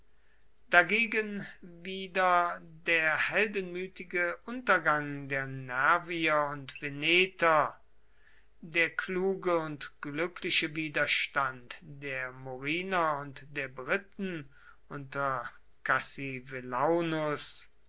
dagegen wieder der heldenmütige untergang der nervier und veneter der kluge und glückliche widerstand der moriner und der briten unter cassivellaunus